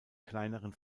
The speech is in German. kleineren